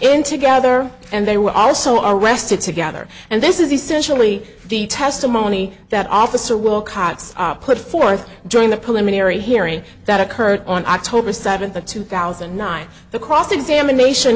in to gather and they were also arrested together and this is essentially the testimony that officer wilcox put forth during the preliminary hearing that occurred on october seventh two thousand and nine the cross examination